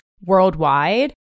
worldwide